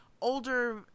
older